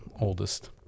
oldest